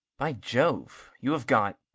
by jove, you have got